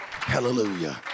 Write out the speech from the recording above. Hallelujah